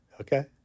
Okay